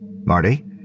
Marty